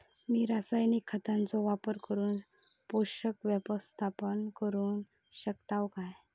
मी रासायनिक खतांचो वापर करून पोषक व्यवस्थापन करू शकताव काय?